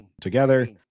together